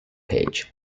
page